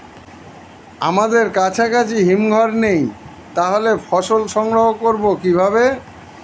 আমাদের কাছাকাছি হিমঘর নেই তাহলে ফসল সংগ্রহ করবো কিভাবে?